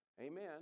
amen